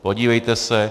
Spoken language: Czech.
Podívejte se.